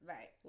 Right